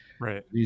Right